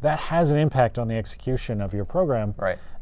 that has an impact on the execution of your program